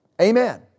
Amen